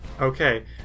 Okay